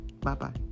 Bye-bye